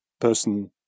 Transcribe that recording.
person